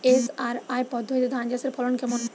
SRI পদ্ধতিতে ধান চাষের ফলন কেমন?